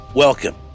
Welcome